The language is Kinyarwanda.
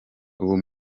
ubu